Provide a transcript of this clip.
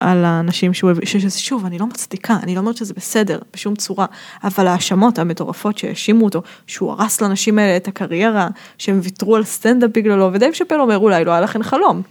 על האנשים שהוא שוב אני לא מצדיקה אני לא אומרת שזה בסדר בשום צורה אבל האשמות המטורפות שהאשימו אותו שהוא הרס לאנשים האלה את הקריירה שהם ויתרו על סטנדאפ בגללו ודייב שאפל אומר אולי לא היה לכן חלום.